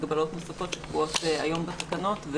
מגבלות נוספות שקבועות היום בתקנות,